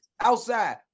outside